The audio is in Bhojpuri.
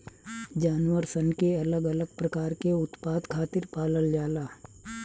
जानवर सन के अलग अलग प्रकार के उत्पाद खातिर पालल जाला